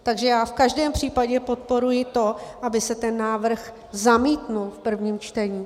Takže já v každém případě podporuji to, aby se ten návrh zamítl v prvním čtení.